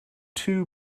two